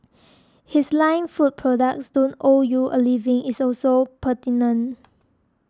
his line food companies don't owe you a living is also pertinent